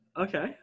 Okay